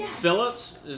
Phillips